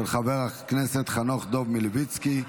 של חבר הכנסת חנוך דב מלביצקי,